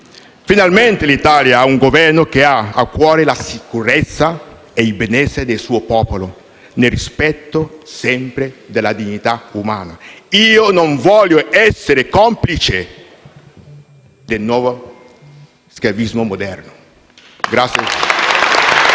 finalmente l'Italia ha un Governo che ha a cuore la sicurezza e il benessere del suo Popolo nel rispetto della dignità umana. Io non voglio essere complice del nuovo schiavismo moderno. *(Applausi